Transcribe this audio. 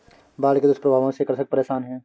बाढ़ के दुष्प्रभावों से कृषक परेशान है